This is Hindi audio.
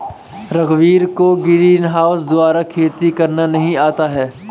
रघुवीर को ग्रीनहाउस द्वारा खेती करना नहीं आता है